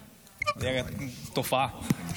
תופעה.